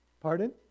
Pardon